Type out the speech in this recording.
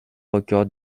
record